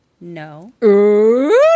no